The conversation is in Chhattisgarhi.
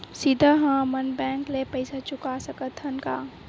सीधा हम मन बैंक ले पईसा चुका सकत हन का?